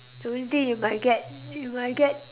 do you think you might get you might get